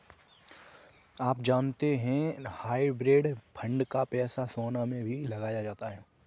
आप जानते है हाइब्रिड फंड का पैसा सोना में भी लगाया जाता है?